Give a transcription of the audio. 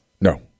No